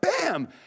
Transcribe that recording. bam